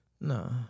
No